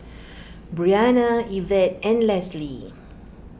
Briana Ivette and Lesli